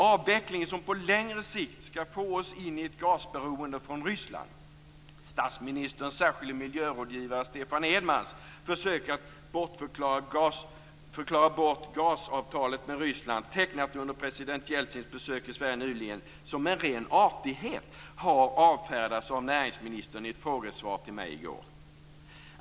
Avvecklingen kommer på längre sikt att få oss in i ett gasberoende från Ryssland. Statsministerns särskilde miljörådgivare Stefan Edmans försök att förklara bort gasavtalet med Ryssland - tecknat under president Jeltsins besök i Sverige nyligen som en ren artighet - har avfärdats av näringsministern i ett frågesvar till mig i går.